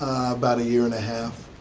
about a year and a half.